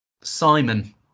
Simon